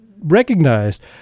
recognized